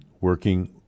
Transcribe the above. working